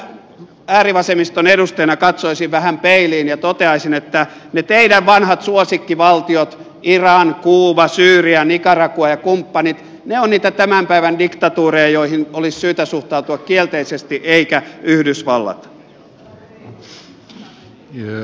kyllä minä äärivasemmiston edustajana katsoisin vähän peiliin ja toteaisin että ne teidän vanhat suosikkivaltionne iran kuuba syyria nicaragua ja kumppanit ovat niitä tämän päivän diktatuureja joihin olisi syytä suhtautua kielteisesti eikä yhdysvallat